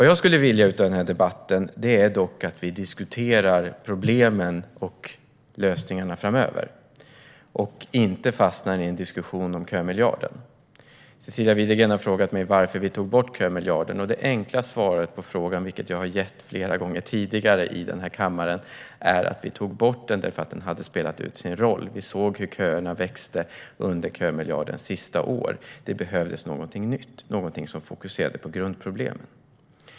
Jag skulle dock vilja att vi i den här debatten diskuterar problemen och lösningarna framöver och inte fastnar i en diskussion om kömiljarden. Cecilia Widegren har frågat mig varför vi tog bort kömiljarden. Det enkla svaret på frågan, som jag har gett flera gånger tidigare i denna kammare, är att vi tog bort den därför att den hade spelat ut sin roll. Vi såg hur köerna växte under kömiljardens sista år, och det behövdes någonting nytt - någonting som fokuserade på grundproblemen.